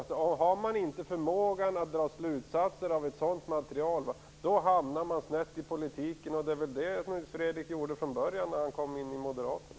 Men har man inte förmågan att dra slutsatser av ett sådant material hamnar man snett i politiken. Det gjorde Nils Fredrik Aurelius från början när han kom in i Moderaterna.